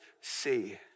see